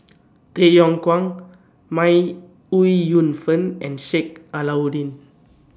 Tay Yong Kwang May Ooi Yu Fen and Sheik Alau'ddin